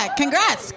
congrats